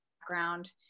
background